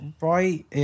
right